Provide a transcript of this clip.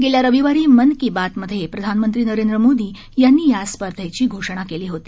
गेल्या रविवारी मन की बात मधे प्रधानमंत्री नरेंद्र मोदी यांनी या स्पर्धेची घोषणा केली होती